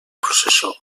processó